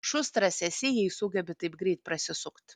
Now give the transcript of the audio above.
šustras esi jei sugebi taip greit prasisukt